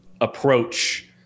approach